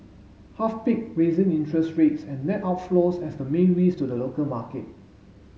half picked raising interest rates and net outflows as the main risk to the local market